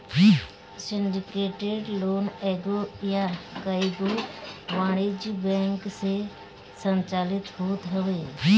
syndicated loan एगो या कईगो वाणिज्यिक बैंक से संचालित होत हवे